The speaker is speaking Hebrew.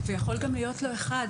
ויכול גם להיות לו אחד.